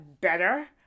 better